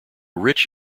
rich